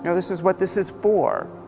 you know this is what this is for.